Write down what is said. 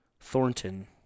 Thornton